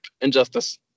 Injustice